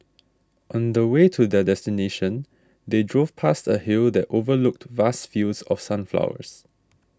on the way to their destination they drove past a hill that overlooked vast fields of sunflowers